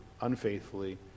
unfaithfully